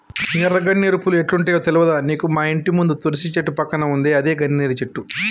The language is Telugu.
ఎర్ర గన్నేరు పూలు ఎట్లుంటయో తెల్వదా నీకు మాఇంటి ముందు తులసి చెట్టు పక్కన ఉందే అదే గన్నేరు చెట్టు